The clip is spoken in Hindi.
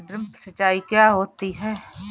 ड्रिप सिंचाई क्या होती हैं?